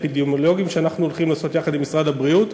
אפידמיולוגיים שאנחנו הולכים לעשות יחד עם משרד הבריאות.